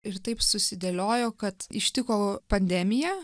ir taip susidėliojo kad ištiko pandemija